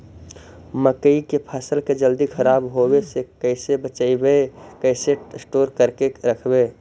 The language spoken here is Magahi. मकइ के फ़सल के जल्दी खराब होबे से कैसे बचइबै कैसे स्टोर करके रखबै?